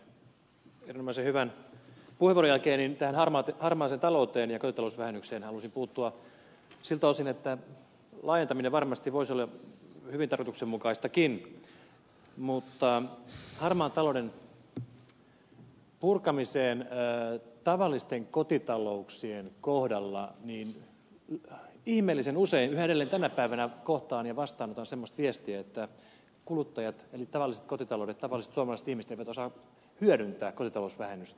sampsa katajan erinomaisen hyvän puheenvuoron jälkeen tähän harmaaseen talouteen ja kotitalousvähennykseen haluaisin puuttua siltä osin että laajentaminen varmasti voisi olla hyvin tarkoituksenmukaistakin mutta mitä tulee harmaan talouden purkamiseen tavallisten kotitalouksien kohdalla niin ihmeellisen usein yhä edelleen tänä päivänä kohtaan ja vastaanotan semmoista viestiä että kuluttajat eli tavalliset kotitaloudet tavalliset suomalaiset ihmiset eivät osaa hyödyntää kotitalousvähennystä